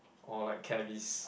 or like Kevis